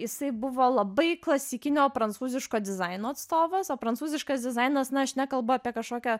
isai buvo labai klasikinio prancūziško dizaino atstovas o prancūziškas dizainas na aš nekalbu apie kašokią